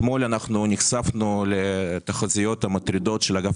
אתמול נחשפנו לתחזיות המטרידות של אגף